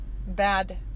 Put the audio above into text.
bad